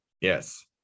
Yes